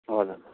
हजुर